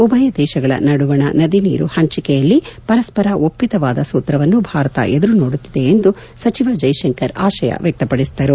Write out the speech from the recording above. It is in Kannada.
ಉಭಯ ದೇಶಗಳ ನಡುವಣ ನದಿ ನೀರು ಪಂಚಿಕೆಯಲ್ಲಿ ಪರಸ್ಪರ ಒಪ್ಪಿತವಾದ ಸೂತ್ರವನ್ನು ಭಾರತ ಎದುರು ನೋಡುತ್ತಿದೆ ಎಂದು ಸಚಿವ ಜೈಶಂಕರ್ ಆಶಯ ವ್ಯಕ್ತಪಡಿಸಿದರು